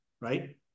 right